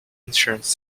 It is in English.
insurance